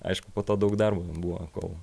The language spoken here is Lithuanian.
aišku po to daug darbo man buvo kol